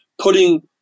putting